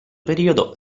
periodo